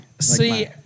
See